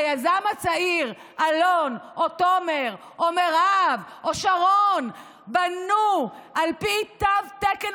היזמים הצעירים אלון או תומר או מירב או שרון בנו על פי תו תקן